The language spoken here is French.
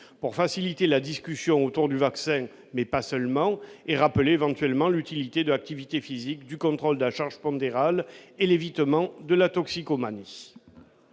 pour faciliter la discussion autour du vaccin, mais pas seulement, et rappelle éventuellement l'utilité de l'activité physique du contrôle de la charge pondérale et l'évitement de la toxicomanie.